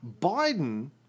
Biden